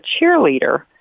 cheerleader